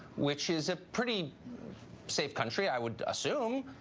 which is a pretty safe country, i would assume.